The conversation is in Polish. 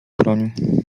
broń